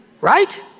Right